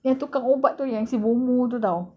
yang tukang ubat tu yang si bomoh tu [tau]